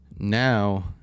Now